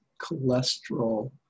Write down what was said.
cholesterol